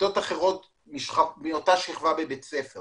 מכיתות אחרות מאותה שכבה בבית ספר,